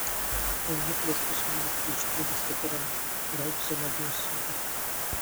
jauniklis bus nuolat prižiūrimas veterinarų ir augs zoologijos sode